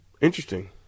Interesting